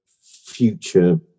future